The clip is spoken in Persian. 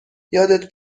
یادت